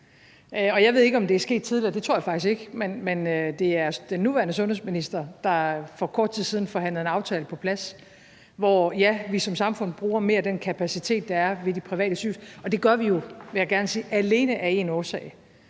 Jeg ved ikke, om det er sket tidligere. Det tror jeg faktisk ikke, men det er den nuværende sundhedsminister, der for kort tid siden forhandlede en aftale på plads, hvor vi som samfund bruger mere af den kapacitet, der er på de private sygehuse. Det gør vi jo, vil jeg